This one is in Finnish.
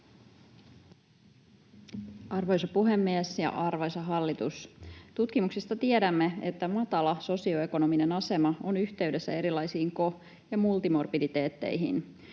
Arvoisa puhemies, ja arvoisa hallitus! Tutkimuksista tiedämme, että matala sosioekonominen asema on yhteydessä erilaisiin ko- ja multimorbiditeetteihin.